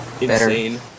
insane